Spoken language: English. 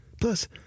Plus